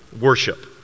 worship